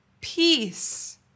peace